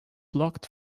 blocked